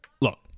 look